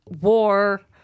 war